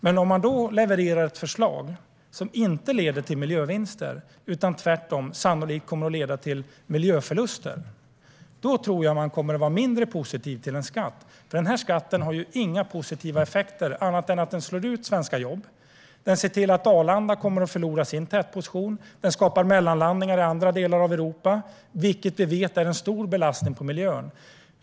Men om man levererar ett förslag som inte leder till miljövinster utan tvärtom sannolikt kommer att leda till miljöförluster tror jag att människor kommer att vara mindre positiva till en skatt. Denna skatt har inga positiva effekter annat än att den slår ut svenska jobb, ser till att Arlanda kommer att förlora sin tätposition samt skapar mellanlandningar i andra delar av Europa, vilket vi vet är en stor belastning på miljön.